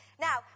Now